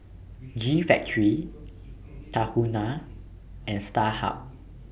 G Factory Tahuna and Starhub